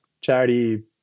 charity